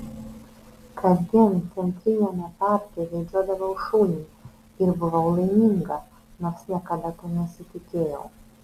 kasdien centriniame parke vedžiodavau šunį ir buvau laiminga nors niekada to nesitikėjau